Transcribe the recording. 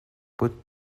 put